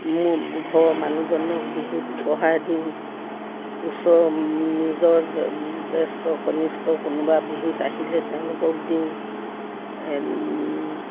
মোৰ ঘৰৰ মানুহজনক বিহুত উপহাৰ দিওঁ ওচৰ নিজৰ জ্যেষ্ঠ কনিষ্ঠ কোনোবা বিহুত আহিলে তেওঁলোকক দিওঁ